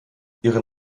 ihre